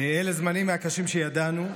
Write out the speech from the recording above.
אלה זמנים מהקשים שידענו.